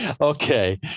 Okay